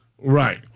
Right